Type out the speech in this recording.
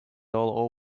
all